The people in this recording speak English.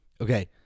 Okay